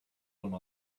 one